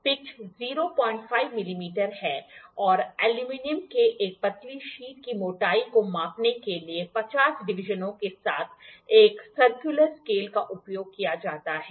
pitch 05 millimetre है और aluminium के एक पतली शीट की मोटाई को मापने के लिए 50 डिवीजनों के साथ एक सर्कुलर स्केल का उपयोग किया जाता है